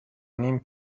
نیم